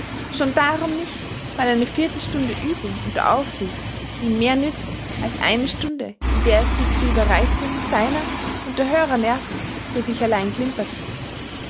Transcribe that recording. schon darum nicht weil eine viertelstunde uebung unter aufsicht ihm mehr nützt als eine stunde in der es bis zur ueberreizung seiner und der hörer nerven für sich allein klimpert